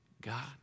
God